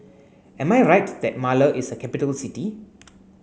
am I right that Male is a capital city